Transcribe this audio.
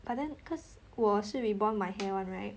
but then cause 我是 rebond my hair [one] right